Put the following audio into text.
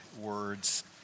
words